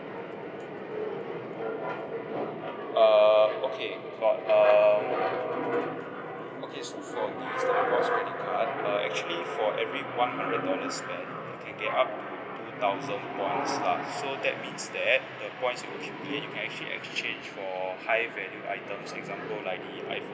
err okay for uh okay so for this rewards credit card uh actually for every one hundred dollars spend you can get up to two thousand points lah so that means that the points you accumulate you can actually exchange for high value items for example like the iphone